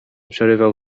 przerywał